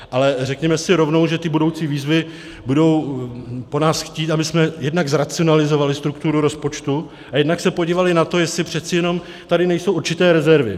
Ale řekněme si rovnou, že ty budoucí výzvy budou po nás chtít, abychom jednak zracionalizovali strukturu rozpočtu a jednak se podívali na to, jestli přece jenom tady nejsou určité rezervy.